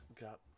got